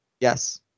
Yes